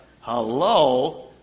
Hello